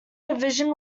division